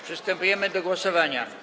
Przystępujemy do głosowania.